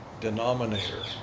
denominator